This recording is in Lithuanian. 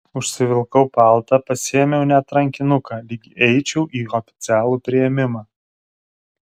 užsivilkau paltą pasiėmiau net rankinuką lyg eičiau į oficialų priėmimą